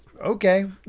okay